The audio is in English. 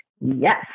yes